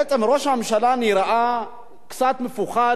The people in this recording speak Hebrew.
שבעצם ראש הממשלה נראה קצת מפוחד,